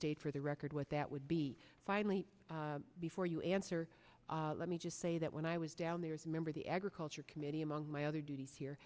state for the record what that would be finally before you answer let me just say that when i was down there as member of the agriculture committee among my other duties here